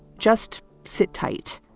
just sit tight.